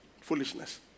foolishness